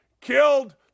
killed